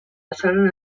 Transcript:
passaren